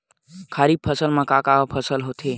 खरीफ फसल मा का का फसल होथे?